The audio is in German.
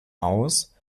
aus